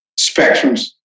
spectrums